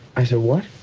i said, what?